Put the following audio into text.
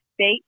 state